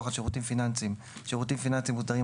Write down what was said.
על שירותים פיננסיים (שירותים פיננסיים מוסדרים),